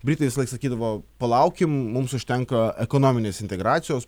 britai visąlaik sakydavo palaukim mums užtenka ekonominės integracijos